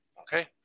okay